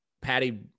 Patty